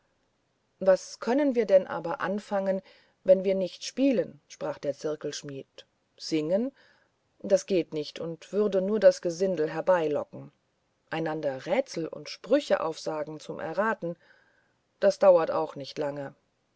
was können wir denn aber anfangen wenn wir nicht spielen sprach der zirkelschmidt singen das geht nicht und würde nur das gesindel herbeilocken einander rätsel und sprüche aufgeben zum erraten das dauert auch nicht lange